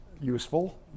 useful